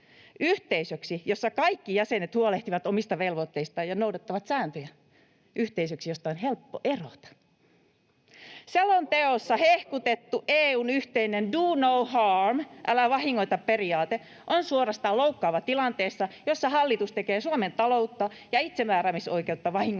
Yhteisöksi, jossa kaikki jäsenet huolehtivat omista velvoitteistaan ja noudattavat sääntöjä. Yhteisöksi, josta on helppo erota. [Paavo Arhinmäki: Haluatteko erota?] Selonteossa hehkutettu EU:n yhteinen do no harm- eli älä vahingoita -periaate on suorastaan loukkaava tilanteessa, jossa hallitus tekee Suomen taloutta ja itsemääräämisoikeutta vahingoittavia